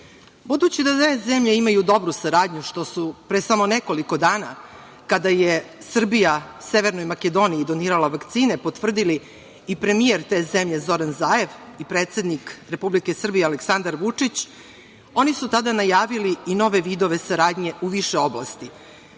da dve zemlje imaju dobru saradnju, što su pre samo nekoliko dana, kada je Srbija Severnoj Makedoniji donirala vakcine, potvrdili i premijer te zemlje Zoran Zajev i predsednik Republike Srbije Aleksandar Vučić, oni su tada najavili i nove vidove saradnje u više oblasti,